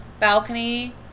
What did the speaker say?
balcony